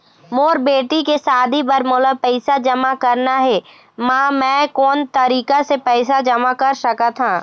मोर बेटी के शादी बर मोला पैसा जमा करना हे, म मैं कोन तरीका से पैसा जमा कर सकत ह?